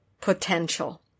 potential